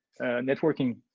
networking